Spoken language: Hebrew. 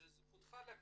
זו זכותך לקבל